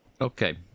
Okay